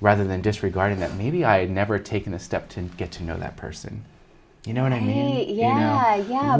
rather than disregarding that maybe i had never taken a step to get to know that person you know what i mean yeah yeah